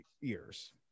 years